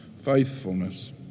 faithfulness